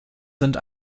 sind